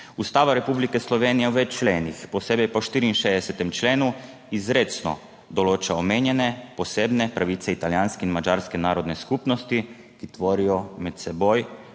Ustava Republike Slovenije v več členih, posebej pa 64. členu, izrecno določa omenjene posebne pravice italijanske in madžarske narodne skupnosti, ki tvorijo med seboj